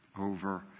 over